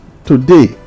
Today